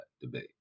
debate